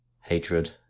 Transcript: hatred